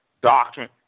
doctrine